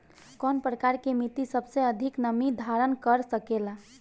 कौन प्रकार की मिट्टी सबसे अधिक नमी धारण कर सकेला?